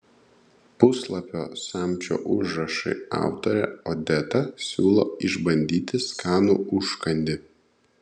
puslapio samčio užrašai autorė odeta siūlo išbandyti skanų užkandį